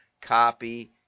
copy